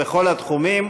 בכל התחומים.